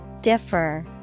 Differ